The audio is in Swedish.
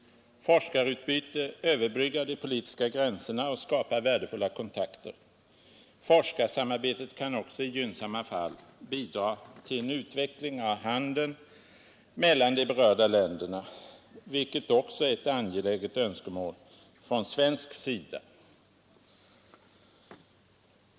Forskarutbyte överbryggar de politiska gränserna och skapar värdefulla kontakter. Forskarsamarbetet kan också i gynnsamma fall bidra till en utveckling av handeln mellan de berörda länderna, vilket också är ett angeläget önskemål från svensk sida.